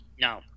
No